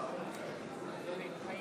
בהצבעה האם